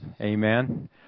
Amen